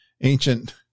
ancient